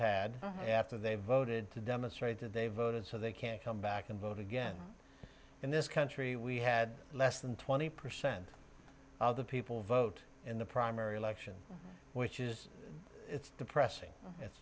pad after they've voted to demonstrate that they voted so they can come back and vote again in this country we had less than twenty percent of the people vote in the primary election which is depressing i